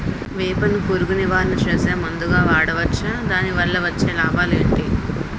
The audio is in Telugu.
వేప ను పురుగు నివారణ చేసే మందుగా వాడవచ్చా? దాని వల్ల వచ్చే లాభాలు ఏంటి?